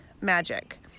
magic